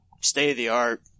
state-of-the-art